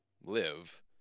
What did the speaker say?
live